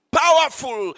powerful